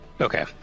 Okay